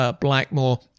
Blackmore